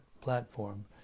platform